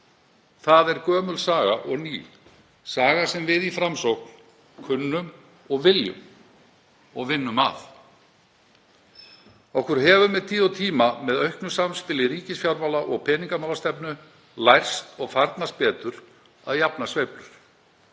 það er gömul saga og ný. Saga sem við í Framsókn kunnum og viljum og vinnum að. Okkur hefur með tíð og tíma, með auknu samspili ríkisfjármála og peningamálastefnu, lærst og farnast betur að jafna sveiflur